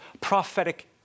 prophetic